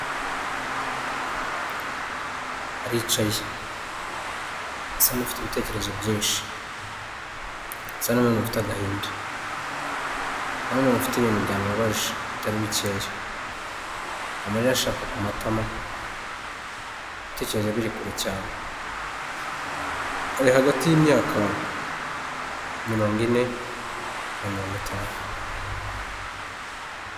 Aricaye, asa nk' ufite ibitekerezo byinshi. Asa nk'umuntu ufite agahinda. Asa nk' umuntu ufite ibintu byamubabaje bitari bikeya, amarira ashoka ku matama ibitekerezo biri kure cyane. Ari hagati y'imyaka mirongo ine na mirongo itanu.